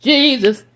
Jesus